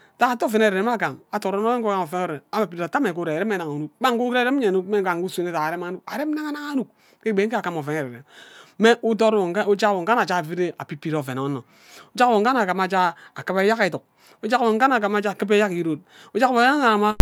Ntayia ate oven ererem agam and ort onno nwo ugam oven erem ado ate ame ure irem mme nnang unnuk gban nge ure irem andu mme gba nge usuno annuk arem nanga anang annuk ke egbi nje agam oven ererem mme udort wo nge ujak wo nge abhe ajaga abibire oven onno ujak nwo nge abhe agima a jagha agimba eyark eduk ujak wo nge abhe akima akiba eyam irod ujak wo